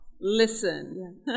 listen